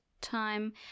time